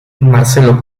marcelo